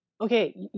Okay